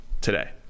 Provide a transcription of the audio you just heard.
today